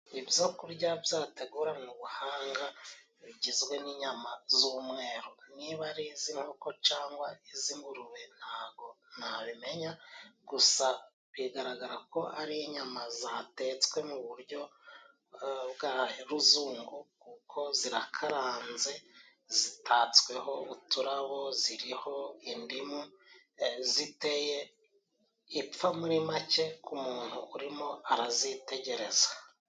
Ibyokurya byateguranwe ubuhanga, bigizwe n'inyama z'umweru niba ari iz'inkoko cyangwa iz'ingurube ntago nabimenya, gusa bigaragara ko ari inyama zatetswe mu buryo bwaruzungu kuko zirakaranze, zitatsweho uturabo, ziriho indimu ,ziteye ipfa muri make k'umuntu urimo arazitegereza.